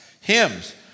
Hymns